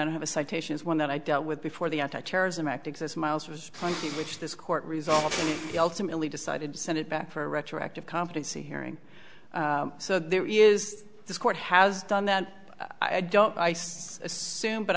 i don't have a citation is one that i dealt with before the anti terrorism act exists miles was on which this court resolved the ultimately decided to send it back for a retroactive competency hearing so there is this court has done that i don't ice assume but